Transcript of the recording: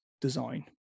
design